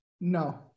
no